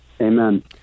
Amen